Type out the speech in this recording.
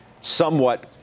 somewhat